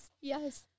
Yes